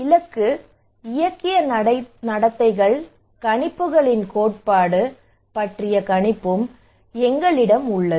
இலக்கு இயக்கிய நடத்தைகள் கணிப்புகளின் கோட்பாடு பற்றிய கணிப்பும் எங்களிடம் உள்ளது